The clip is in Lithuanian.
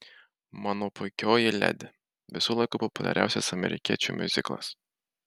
mano puikioji ledi visų laikų populiariausias amerikiečių miuziklas